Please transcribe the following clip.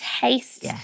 taste